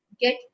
get